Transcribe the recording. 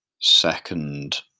second